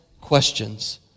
questions